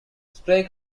spray